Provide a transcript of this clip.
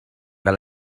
fel